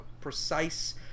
precise